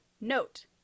note